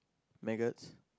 maggots